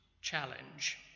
challenge